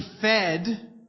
fed